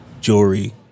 Jewelry